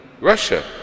Russia